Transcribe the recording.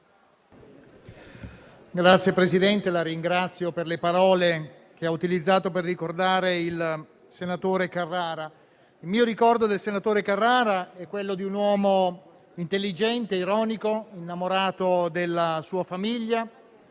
Signor Presidente, la ringrazio per le parole che ha utilizzato per ricordare il senatore Carrara. Il mio ricordo del senatore Carrara è quello di un uomo intelligente, ironico, innamorato della sua famiglia,